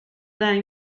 vingt